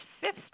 fifth